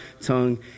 tongue